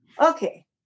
okay